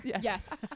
Yes